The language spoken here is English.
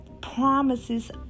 promises